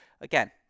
again